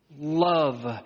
love